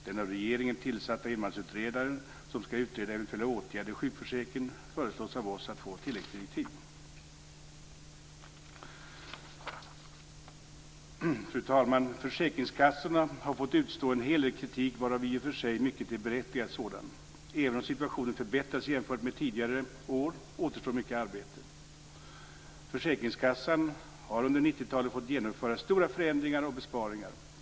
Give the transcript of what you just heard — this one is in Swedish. Den av regeringen tillsatta enmansutredaren som ska utreda eventuella åtgärder i sjukförsäkringen föreslås av oss få tilläggsdirektiv. Fru talman! Försäkringskassorna har fått utstå en hel del kritik varav i och för sig mycket är berättigad sådan. Även om situationen förbättrats jämfört med tidigare år återstår mycket arbete. Försäkringskassan har under 90-talet fått genomföra stora förändringar och besparingar.